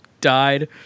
died